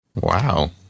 Wow